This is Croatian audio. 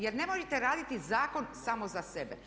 Jer ne možete raditi zakon samo za sebe.